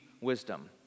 wisdom